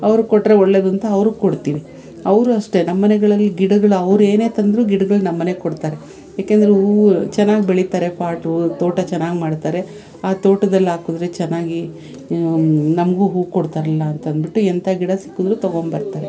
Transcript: ಅವ್ರಿಗೆ ಕೊಟ್ರೆ ಒಳ್ಳೇದು ಅಂತ ಅವ್ರಿಗೆ ಕೊಡ್ತೀವಿ ಅವರೂ ಅಷ್ಟೇ ನಮ್ಮ ಮನೆಗಳಲ್ಲಿ ಗಿಡಗಳು ಅವ್ರು ಏನೇ ತಂದ್ರು ಗಿಡಗಳು ನಮ್ಮ ಮನೆಗೆ ಕೊಡ್ತಾರೆ ಏಕೆಂದ್ರೆ ಹೂವು ಚೆನ್ನಾಗಿ ಬೆಳೀತಾರೆ ಪಾಟು ತೋಟ ಚೆನ್ನಾಗಿ ಮಾಡ್ತಾರೆ ಆ ತೋಟದಲ್ಲಿ ಹಾಕಿದ್ರೆ ಚೆನ್ನಾಗಿ ನಮಗೂ ಹೂ ಕೊಡ್ತಾರಲ್ಲ ಅಂತಂದ್ಬಿಟ್ಟು ಎಂಥ ಗಿಡ ಸಿಕ್ಕಿದ್ರು ತೊಗೊಂಬರ್ತಾರೆ